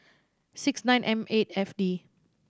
six nine M eight F D